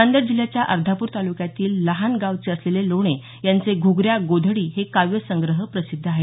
नांदेड जिल्ह्याच्या अर्धापूर ताल्क्यातील लहान गावचे असलेले लोणे यांचे घुगऱ्या गोधडी हे काव्यसंग्रह प्रसिद्ध आहेत